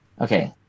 Okay